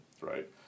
right